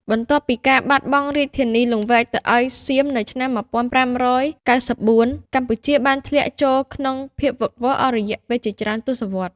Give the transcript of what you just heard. បន្ទាប់ពីការបាត់បង់រាជធានីលង្វែកទៅឱ្យសៀមនៅឆ្នាំ ១៥៩៤ កម្ពុជាបានធ្លាក់ចូលក្នុងភាពវឹកវរអស់រយៈពេលជាច្រើនទសវត្សរ៍។